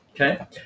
Okay